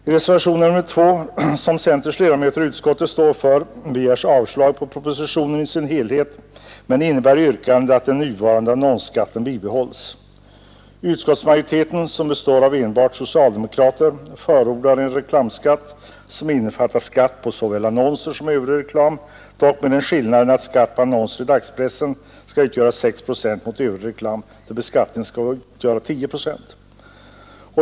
I reservationen 2 som centerns ledamöter i utskottet står för begärs avslag på propositionen i dess helhet, men den innebär yrkandet att den nuvarande annonsskatten bibehålles. Utskottsmajoriteten, som består av enbart socialdemokrater, förordar en reklamskatt som innefattar skatt på såväl annonser som övrig reklam dock med den skillnaden att skatten på annonser i dagspressen skall vara 6 procent medan skatten på övrig reklam skall vara 10 procent.